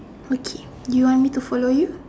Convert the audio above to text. okay you want me to follow you